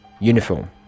uniform